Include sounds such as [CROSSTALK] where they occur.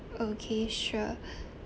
okay sure [BREATH]